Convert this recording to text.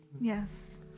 Yes